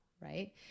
right